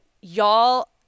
y'all